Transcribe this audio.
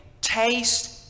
taste